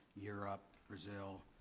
europe, brazil.